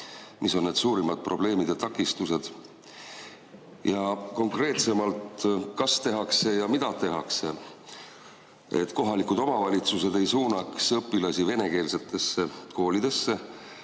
Mis on need suurimad probleemid ja takistused? Ja konkreetsemalt: kas midagi tehakse ja mida tehakse selleks, et kohalikud omavalitsused ei suunaks õpilasi venekeelsetesse koolidesse?